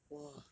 !wah!